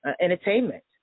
entertainment